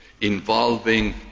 involving